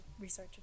research